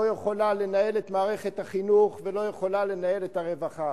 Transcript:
לא יכולה לנהל את מערכת החינוך ולא יכולה לנהל את הרווחה.